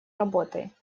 работой